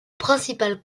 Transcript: principal